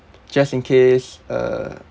just in case uh